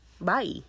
Bye